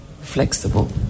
flexible